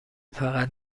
فقط